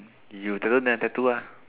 you didn't have tattoo ah